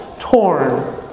Torn